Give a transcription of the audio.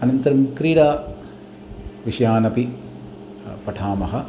अनन्तरं क्रीडा विषयानपि पठामः